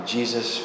Jesus